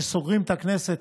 כשסוגרים את הכנסת,